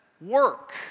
work